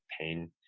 pain